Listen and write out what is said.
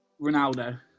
Ronaldo